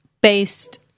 based